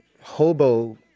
hobo